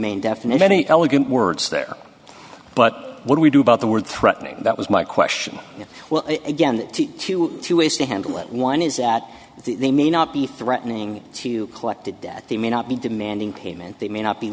main definite many elegant words there but what we do about the word threatening that was my question well again two ways to handle it one is that they may not be threatening to collect a debt they may not be demanding payment they may not be